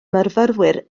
myfyriwr